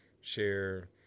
share